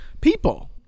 people